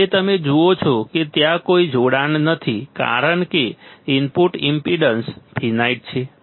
હવે તમે જુઓ છો કે ત્યાં કોઈ જોડાણ નથી કારણ કે ઇનપુટ ઈમ્પેડન્સ ફિનાઈટ છે